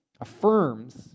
affirms